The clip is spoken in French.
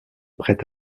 prêt